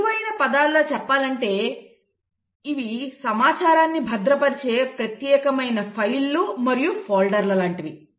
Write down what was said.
సులువైన పదాల్లో చెప్పాలంటే ఇవి సమాచారాన్ని భద్రపరిచే ప్రత్యేకమైన ఫైల్లు మరియు ఫోల్డర్లు లాంటివి